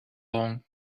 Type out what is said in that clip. long